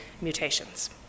mutations